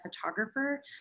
photographer